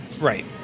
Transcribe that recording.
Right